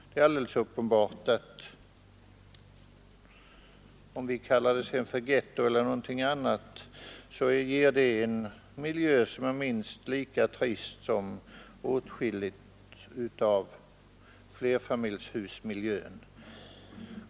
Det är alldeles uppenbart att, vare sig vi kallar det getto eller någonting annat, är det en miljö som är minst lika trist som åtskilligt av flerfamiljshusmiljön.